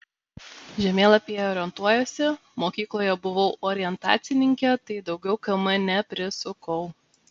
žemėlapyje orientuojuosi mokykloje buvau orientacininkė tai daugiau km neprisukau